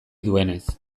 duenez